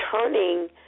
turning